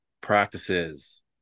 practices